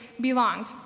belonged